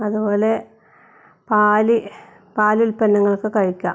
അതുപോലെ പാൽ പാലുൽപ്പന്നങ്ങളൊക്കെ കഴിക്കുക